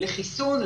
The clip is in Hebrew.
לחיסון,